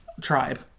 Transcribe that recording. tribe